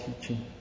teaching